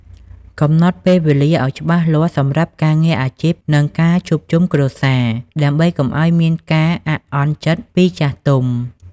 កំណត់ពេលវេលាឱ្យច្បាស់លាស់សម្រាប់ការងារអាជីព និងការជួបជុំគ្រួសារ ដើម្បីកុំឱ្យមានការអាក់អន់ចិត្តពីចាស់ទុំ។